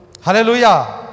Hallelujah